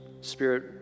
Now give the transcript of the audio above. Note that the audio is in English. Spirit